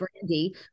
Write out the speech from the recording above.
Brandy